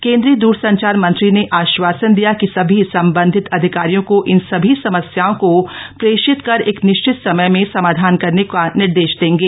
केंद्रीय द्रसंचार मंत्री ने आश्वासन दिया कि सभी संबंधित अधिकारियों को इन सभी समस्याओं को प्रेषित कर एक निश्चित समय में समाधान करने का निर्देश देंगे